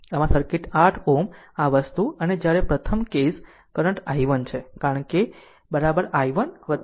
આમ આ સર્કિટ 8 Ω આ વસ્તુ અને જ્યારે પ્રથમ કેસ કરંટ i1 છે કારણ કે i1 i2 i3